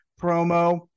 promo